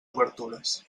obertures